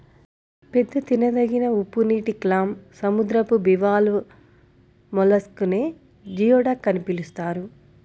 పెద్ద తినదగిన ఉప్పునీటి క్లామ్, సముద్రపు బివాల్వ్ మొలస్క్ నే జియోడక్ అని పిలుస్తారు